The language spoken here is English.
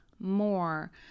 more